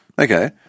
Okay